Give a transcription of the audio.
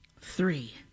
Three